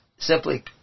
simply